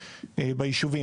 בישובים.